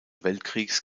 weltkriegs